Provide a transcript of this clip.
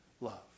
love